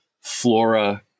flora